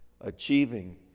achieving